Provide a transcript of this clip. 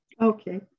Okay